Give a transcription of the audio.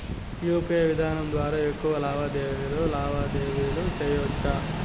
UPI విధానం ద్వారా ఎక్కువగా లావాదేవీలు లావాదేవీలు సేయొచ్చా?